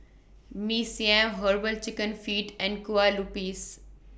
Mee Siam Herbal Chicken Feet and Kueh Lupis